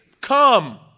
Come